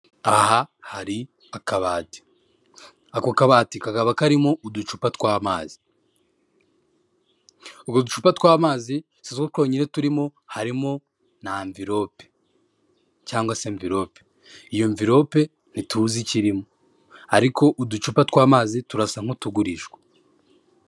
Aha hari akabati. Ako kabati kakaba karimo uducupa tw'amazi. Utwo ducupa tw'amazi sitwo twonyine turimo harimo na anvilope cyangwa se mvilope, Iyo mvilope ntituzi ikirimo, ariko uducupa tw'amazi turasa n'utugurishwa.